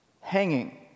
hanging